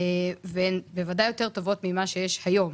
והן בוודאי יותר טובות ממה שיש היום.